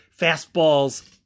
fastballs